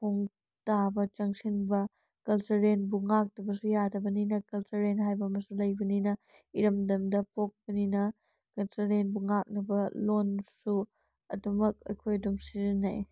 ꯈꯣꯡ ꯇꯥꯕ ꯆꯪꯁꯤꯟꯕ ꯀꯜꯆꯔꯦꯜꯕꯨ ꯉꯥꯛꯇꯕꯁꯨ ꯌꯥꯗꯕꯅꯤꯅ ꯀꯜꯆꯔꯦꯟ ꯍꯥꯏꯕ ꯑꯃꯁꯨ ꯂꯩꯕꯅꯤꯅ ꯏꯔꯝꯗꯝꯗ ꯄꯣꯛꯄꯅꯤꯅ ꯀꯜꯆꯔꯦꯜꯕꯨ ꯉꯥꯛꯅꯕ ꯂꯣꯟꯁꯨ ꯑꯗꯨꯃꯛ ꯑꯩꯈꯣꯏ ꯑꯗꯨꯝ ꯁꯤꯖꯤꯟꯅꯩ